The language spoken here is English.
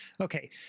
Okay